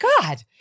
God